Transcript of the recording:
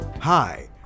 Hi